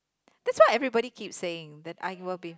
that's why everybody keep saying that I will be